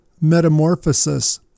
metamorphosis